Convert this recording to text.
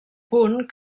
punt